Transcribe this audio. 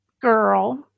girl